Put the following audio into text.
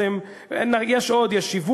ואומר: האופי של כל היישובים הערביים בישראל,